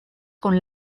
con